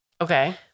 Okay